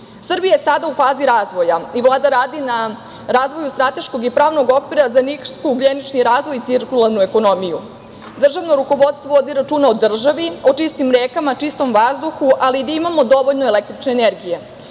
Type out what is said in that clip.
je sada u fazi razvoja i Vlada radi na razvoju strateškog i pravnog okvira za niskougljenični razvoj i cirkularnu ekonomiju. Državno rukovodstvo vodi računa o državi, o čistim rekama, o čistom vazduhu, ali i da imamo dovoljno električne energije.